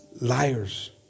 liars